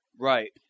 Right